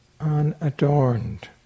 Unadorned